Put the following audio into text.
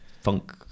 funk